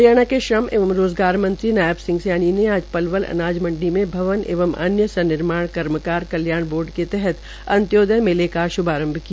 हरियाणा के श्रम एवं रोज़गार मंत्री नायब सिंह सैनी ने आज पलवल अनाज मंडल में भवन एवं अन्य सन्निर्माण कर्मकार कल्याण बोर्ड के तहत अन्त्योदय मेले का श्भारंभ किया